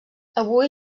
avui